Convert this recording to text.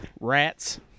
Rats